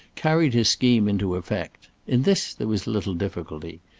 carried his scheme into effect. in this there was little difficulty.